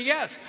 yes